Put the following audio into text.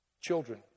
Children